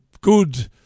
good